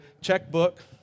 checkbook